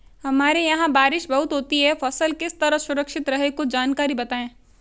हमारे यहाँ बारिश बहुत होती है फसल किस तरह सुरक्षित रहे कुछ जानकारी बताएं?